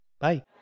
Bye